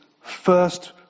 first